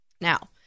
Now